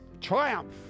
triumph